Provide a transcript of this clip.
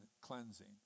cleansing